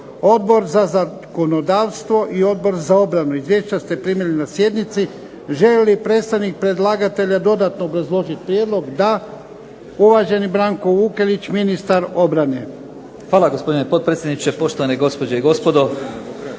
Odbor za zakonodavstvo i Odbor za obranu. Izvješća ste primili na sjednici. Želi li predstavnik predlagatelja dodatno obrazložiti prijedlog? Da. Uvaženi Branko Vukelić, ministar obrane.